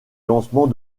lancement